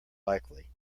likely